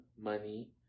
money